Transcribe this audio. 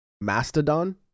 Mastodon